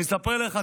אני אספר לך,